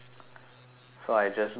so I just do what I want